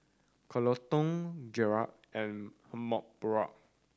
Coleton Gerri and Amparo